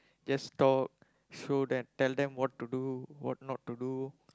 just talk show them tell them what to do what not to do